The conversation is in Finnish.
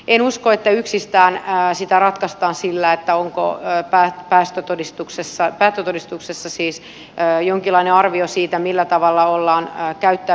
en usko että sitä ratkaistaan yksistään sillä onko päättötodistuksessa siis jonkinlainen arvio siitä millä tavalla ollaan käyttäydytty